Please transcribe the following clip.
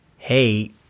hey